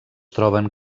troben